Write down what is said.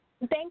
Thank